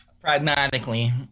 pragmatically